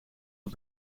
het